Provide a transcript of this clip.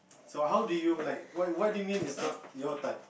so how do you like what what do you know mean is not your type